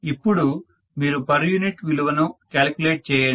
ఇప్పుడు మీరు per unit విలువను కాలిక్యులేట్ చేయండి